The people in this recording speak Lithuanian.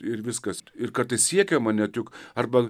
ir viskas ir kartais siekiama ne tik arba